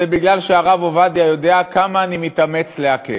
זה בגלל שהרב עובדיה יודע כמה אני מתאמץ להקל".